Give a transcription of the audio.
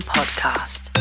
Podcast